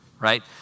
right